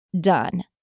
done